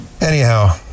Anyhow